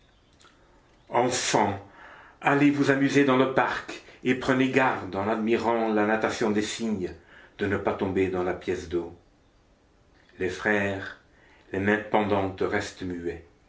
enfants allez vous amuser dans le parc et prenez garde en admirant la natation des cygnes de ne pas tomber dans la pièce d'eau les frères les mains pendantes restent muets